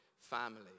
family